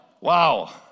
Wow